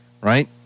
right